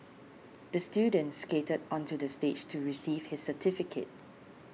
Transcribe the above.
the student skated onto the stage to receive his certificate